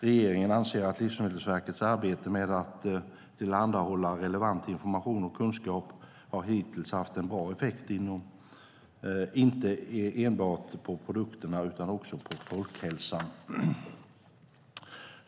Regeringen anser att Livsmedelsverkets arbete med att tillhandahålla relevant information och kunskap hittills har haft en bra effekt inte enbart på produkterna utan också på folkhälsan.